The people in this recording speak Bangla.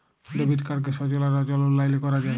ডেবিট কাড়কে সচল আর অচল অললাইলে ক্যরা যায়